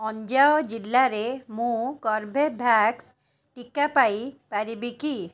ଅଞ୍ଜାଅ ଜିଲ୍ଲାରେ ମୁଁ କର୍ବେଭ୍ୟାକ୍ସ ଟିକା ପାଇ ପାରିବି କି